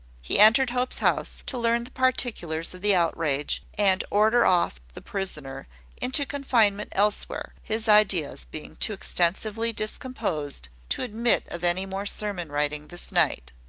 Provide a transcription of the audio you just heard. he entered hope's house, to learn the particulars of the outrage, and order off the prisoner into confinement elsewhere, his ideas being too extensively discomposed to admit of any more sermon-writing this night.